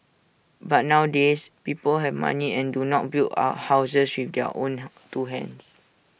but nowadays people have money and do not build A houses with their own two hands